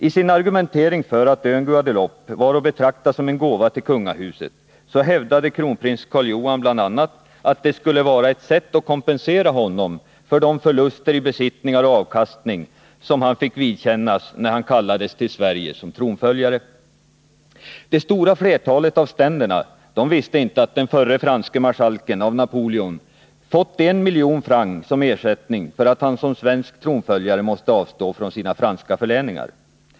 I sin argumentering för att ör Guadeloupe var att betrakta som en gåva till kungahuset i Sverige hävdade kronprins Karl Johan bl.a. att det skulle vara ett sätt att kompensera honom för de förluster i besittningar och avkastning som han fick vidkännas när han kallades att bli Sveriges tronföljare. Detsstora flertalet av ständerna visste inte att den förre franske marskalken av Napoleon fått en miljon francs som ersättning för att han som svensk tronföljare måste avstå från sina franska förläningar.